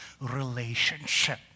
relationship